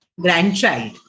grandchild